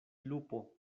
lupo